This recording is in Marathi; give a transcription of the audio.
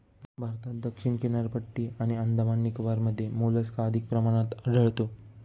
भारतात दक्षिण किनारपट्टी आणि अंदमान निकोबारमध्ये मोलस्का अधिक प्रमाणात आढळतो